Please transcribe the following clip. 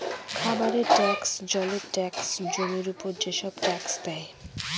খাবারের ট্যাক্স, জলের ট্যাক্স, জমির উপর যেসব ট্যাক্স দেয়